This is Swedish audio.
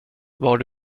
var